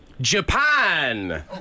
Japan